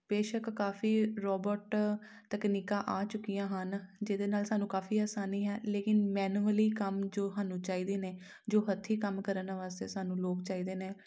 ਬੇਸ਼ੱਕ ਕਾਫੀ ਰੋਬੋਟ ਤਕਨੀਕਾਂ ਆ ਚੁੱਕੀਆਂ ਹਨ ਜਿਹਦੇ ਨਾਲ ਸਾਨੂੰ ਕਾਫੀ ਆਸਾਨੀ ਹੈ ਲੇਕਿਨ ਮੈਨੂਅਲੀ ਕੰਮ ਜੋ ਸਾਨੂੰ ਚਾਹੀਦੇ ਨੇ ਜੋ ਹੱਥੀਂ ਕੰਮ ਕਰਨ ਵਾਸਤੇ ਸਾਨੂੰ ਲੋਕ ਚਾਹੀਦੇ ਨੇ